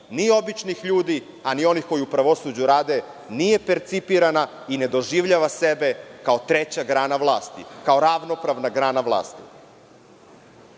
ni običnih ljudi, a ni onih koji u pravosuđu rade nije percipirana i ne doživljava sebe kao treća grana vlasti, kao ravnopravna grana vlasti.